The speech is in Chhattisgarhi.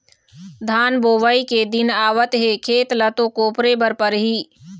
धान बोवई के दिन आवत हे खेत ल तो कोपरे बर परही